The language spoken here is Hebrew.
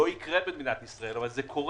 לא יקרה במדינת ישראל, אבל זה קורה.